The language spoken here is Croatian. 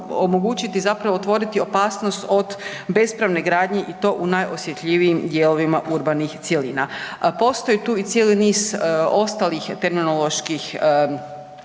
omogućiti zapravo otvoriti opasnost od bespravne gradnje i to u najosjetljivijim dijelovima urbanih cjelina. Postoji tu i cijeli niz ostalih terminoloških